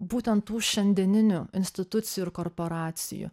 būtent tų šiandieninių institucijų ir korporacijų